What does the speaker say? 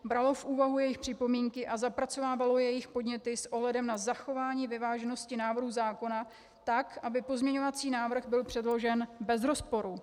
Bralo v úvahu jejich připomínky a zapracovávalo jejich podněty s ohledem na zachování vyváženosti návrhu zákona tak, aby pozměňovací návrh byl předložen bez rozporu.